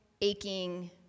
aching